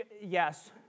yes